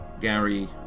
Gary